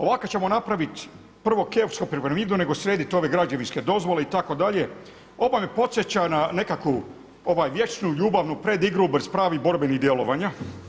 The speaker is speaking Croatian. Ovako ćemo napraviti prvo Keopsovu piramidu nego srediti ove građevinske dozvole itd., ovo me podsjeća na nekakvu vječnu ljubavnu predigru bez pravih borbenih djelovanja.